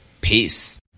Peace